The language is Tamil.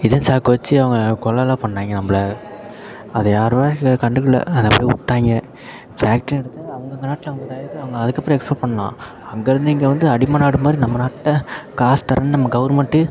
இதை சாக்கு வச்சு அவங்க கொலைலாம் பண்ணாங்க நம்மள அதை யாருமே லே கண்டுக்கலை அதை அப்படியே விட்டாய்ங்க ஃபேக்ட்ரி நடத்த அவுங்கவங்க நாட்டில் அவங்க தயாரிக்க அவங்க அதுக்கப்புறம் எக்ஸ்போர்ட் பண்ணலாம் அங்கே இருந்து இங்கே வந்து அடிமை நாடு மாதிரி நம்ம நாட்டை காசு தரம்னு நம்ம கவர்மெண்ட்டு